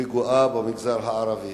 וגואה במגזר הערבי.